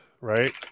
right